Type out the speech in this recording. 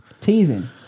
Teasing